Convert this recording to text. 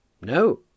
No